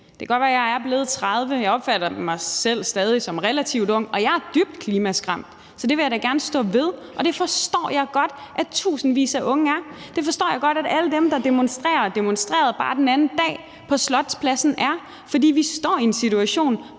Det kan godt være, at jeg er blevet 30 år, men jeg opfatter mig selv stadig som relativt ung, og jeg er dybt klimaskræmt. Så det vil jeg da gerne stå ved, og det forstår jeg godt at tusindvis af unge er. Det forstår jeg godt at alle dem, der demonstrerer, og som demonstrerede bare den anden dag på Slotspladsen, er, fordi vi står i en situation,